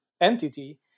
entity